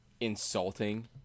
insulting